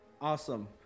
awesome